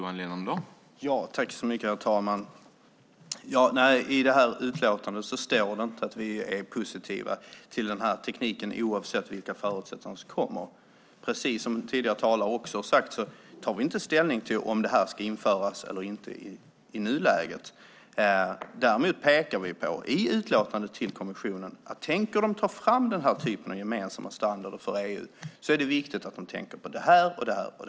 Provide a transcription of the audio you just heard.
Herr talman! Nej, i det här utlåtandet står det inte att vi är positiva till den här tekniken oavsett vilka förutsättningar som kommer. Precis som tidigare talare också har sagt tar vi inte ställning till om den ska införas eller inte i nuläget. Däremot pekar vi på i utlåtandet till kommissionen att om de tänker ta fram den här typen av gemensamma standarder för EU är det viktigt att de tänker på det här och det här.